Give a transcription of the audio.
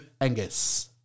Angus